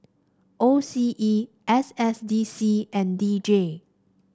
O C E S S D C and D J